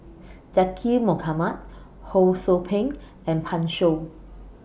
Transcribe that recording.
Zaqy Mohamad Ho SOU Ping and Pan Shou